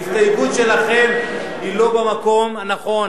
ההסתייגות שלכם היא לא במקום הנכון.